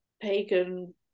pagan